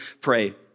pray